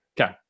Okay